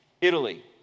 Italy